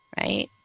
right